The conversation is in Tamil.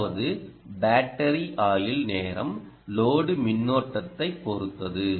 அதாவது பேட்டரி ஆயுள் நேரம் லோடு மின்னோட்டத்தைப் பொறுத்தது